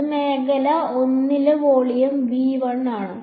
അതെ മേഖല 1 ന്റെ വോളിയം ശരിയാണ്